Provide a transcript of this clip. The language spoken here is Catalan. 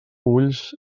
ulls